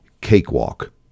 cakewalk